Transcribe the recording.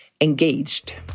engaged